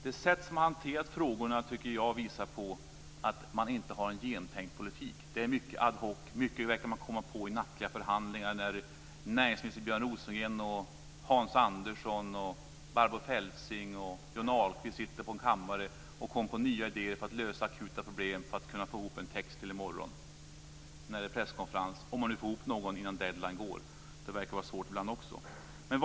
Det sätt som man hanterar frågorna på tycker jag visar att man inte har en genomtänkt politik. Det är mycket ad hoc. Mycket verkar man komma på i nattliga förhandlingar där näringsminister Björn Rosengren, Hans Andersson, Barbro Feltzing och Johnny Ahlqvist sitter på en kammare och hittar på nya idéer för att lösa akuta problem för att kunna få ihop en text till i morgon när det är presskonferens - om man nu får ihop något innan deadline. Det verkar svårt det också ibland.